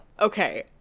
Okay